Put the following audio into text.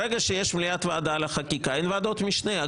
ברגע שיש מליאת ועדה לחקיקה, אין ועדות משנה.